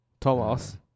Thomas